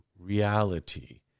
reality